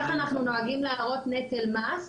נוהגים להראות נטל מס,